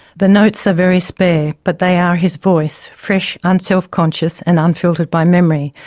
the notes are very spare, but they are his voice fresh, unselfconscious and unfiltered by memory.